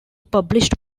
published